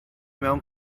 mewn